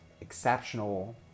exceptional